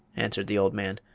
answered the old man.